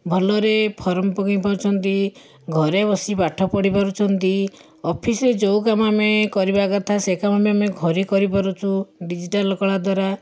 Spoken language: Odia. ଭଲରେ ଫର୍ମ ପକେଇପାରୁଛନ୍ତି ଘରେ ବସି ପାଠ ପଢ଼ିପାରୁଛନ୍ତି ଅଫିସରେ ଯେଉଁ କାମ ଆମେ କରିବା କଥା ସେ କାମ ବି ଆମେ ଘରେ କରିପାରୁଛୁ ଡିଜିଟାଲ କଳା ଦ୍ୱାରା